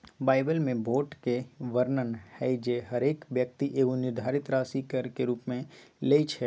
Bible में भोट के वर्णन हइ जे हरेक व्यक्ति एगो निर्धारित राशि कर के रूप में लेँइ छइ